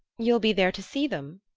you'll be there to see them?